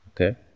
Okay